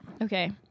Okay